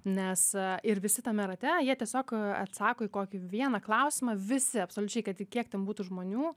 nes ir visi tame rate jie tiesiog atsako į kokį vieną klausimą visi absoliučiai kad ir kiek ten būtų žmonių